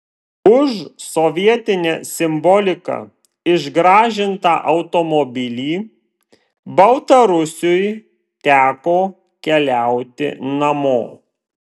už sovietine simbolika išgražintą automobilį baltarusiui teko keliauti namo